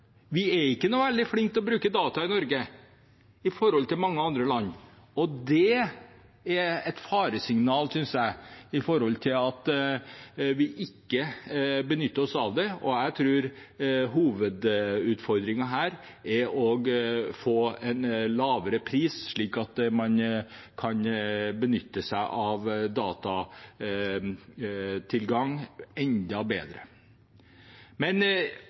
Vi er ikke veldig flinke til å bruke data i Norge i forhold til mange andre land. Det er et faresignal, synes jeg, og jeg tror hovedutfordringen her er å få en lavere pris, slik at man kan benytte seg enda mer av datatilgang.